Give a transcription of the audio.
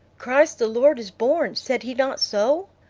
christ the lord is born said he not so?